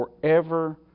forever